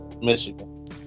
Michigan